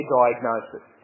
diagnosis